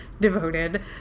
devoted